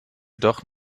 doch